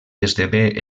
esdevé